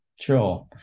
sure